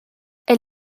est